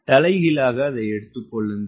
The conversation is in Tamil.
தலைகீழ் எடுத்துக் கொள்ளுங்கள்